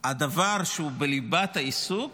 הדבר שהוא בליבת העיסוק